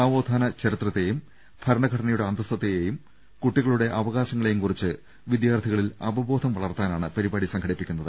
നവോത്ഥാന ചരിത്രത്തെയും ഭരണഘടനയുടെ അന്തസ്സത്തെയെയും കുട്ടി കളുടെ അവകാശങ്ങളെയും കുറിച്ച് വിദ്യാർത്ഥികളിൽ അവബോധം വളർത്താനാണ് പരിപാടി സംഘടിപ്പിക്കുന്നത്